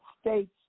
states